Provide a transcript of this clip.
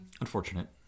Unfortunate